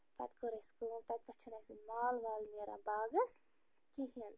پتہٕ کٔر اَسہِ کٲم تَتہِ پٮ۪ٹھ چھَنہٕ اَسہِ وٕنۍ مال وال نیران باغس کِہیٖنۍ